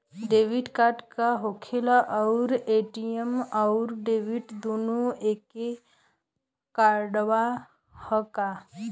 Debit card का होखेला और ए.टी.एम आउर डेबिट दुनों एके कार्डवा ह का?